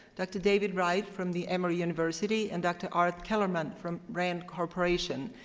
dr. david wright from the emory university and dr. art kellermann from rand corporation.